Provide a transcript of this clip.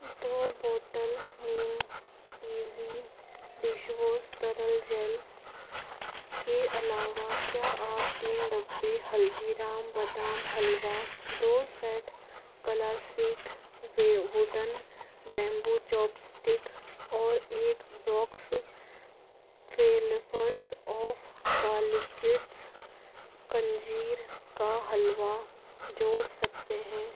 दो बॉटल मिम easy dishwash तरल जेल के अलावा क्या आप तीन डब्बे हल्दीराम बादाम हलवा दो set classic way wooden bamboo chopstick और एक बॉक्स फेलफर्स ऑफ़ कालीकिट्स अंजीर का हलवा जोड़ सकते हैं